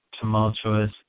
tumultuous